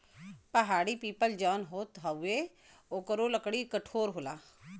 पहाड़ी पीपल जौन होत हउवे ओकरो लकड़ी कठोर होला